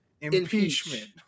impeachment